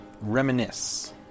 Reminisce